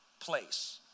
place